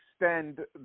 extend